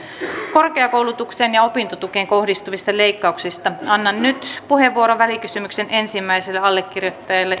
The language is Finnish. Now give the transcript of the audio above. korkeakoulutukseen ja opintotukeen kohdistuvista leikkauksista annan nyt puheenvuoron välikysymyksen ensimmäiselle allekirjoittajalle